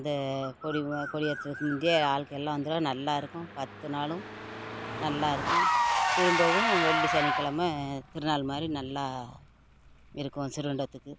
அந்த கொடி கொடி ஏற்றதுக்கு முந்தி ஆட்கள் எல்லாம் வந்துடுவாக நல்லாயிருக்கும் பத்து நாளும் நல்லாயிருக்கும் திரும்பவும் வெள்ளி சனிக்கிழமை திருநாள் மாதிரி நல்லா இருக்கும் ஸ்ரீவைகுண்டத்துக்கு